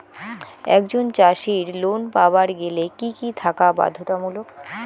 একজন চাষীর লোন পাবার গেলে কি কি থাকা বাধ্যতামূলক?